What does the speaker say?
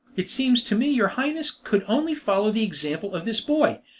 it seems to me your highness could only follow the example of this boy,